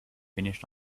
finish